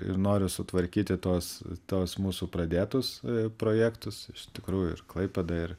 ir noriu sutvarkyti tuos tuos mūsų pradėtus projektus iš tikrųjų ir klaipėda ir